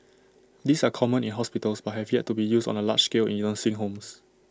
these are common in hospitals but have yet to be used on A large scale in nursing homes